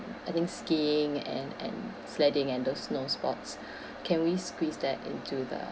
I think skiing and and sledding and those snow sports can we squeeze that into the